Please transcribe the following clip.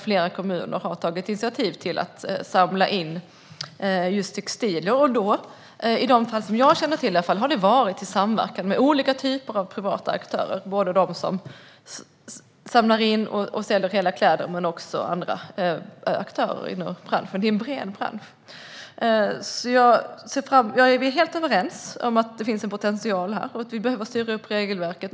Flera kommuner har tagit initiativ till att samla in textilier - i de fall som jag känner till i samverkan med olika typer av privata aktörer, både de som samlar in och säljer reella kläder och andra aktörer inom branschen. Det är en bred bransch. Vi är helt överens om att det finns en potential här och att vi behöver styra upp regelverket.